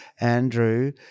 Andrew